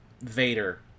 Vader